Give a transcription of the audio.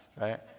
Right